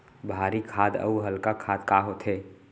भारी खाद अऊ हल्का खाद का होथे?